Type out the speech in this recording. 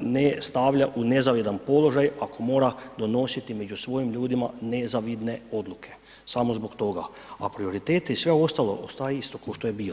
ne stavlja u nezavidan položaj ako mora donositi među svojim ljudima nezavidne odluke, samo zbog toga, a prioriteti i sve ostalo ostaje isto kao što je i bilo.